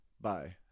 Bye